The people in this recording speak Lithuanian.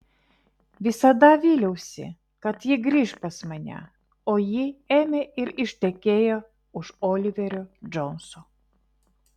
visada vyliausi kad ji grįš pas mane o ji ėmė ir ištekėjo už oliverio džonso